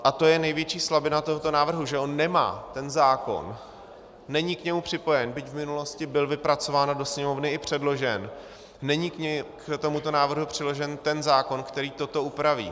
A to je největší slabina tohoto návrhu, že on nemá ten zákon, není k němu připojen, byť v minulosti byl vypracován, do Sněmovny i předložen, není k tomuto návrhu přiložen ten zákon, který toto upraví.